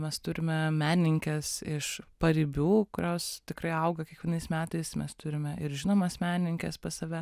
mes turime menininkes iš paribių kurios tikrai auga kiekvienais metais mes turime ir žinomas menininkes pas save